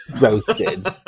Roasted